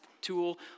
tool